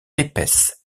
épaisses